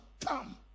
come